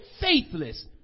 faithless